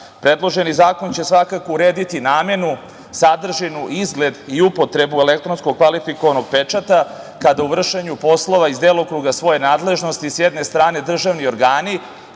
organe. Predloženi zakon će svakako urediti namenu, sadržinu, izgled i upotrebu elektronski kvalifikovanog pečata kada u vršenju poslova iz delokruga svoje nadležnosti s jedne strane državni organi,